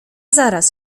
zaraz